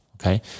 Okay